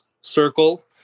circle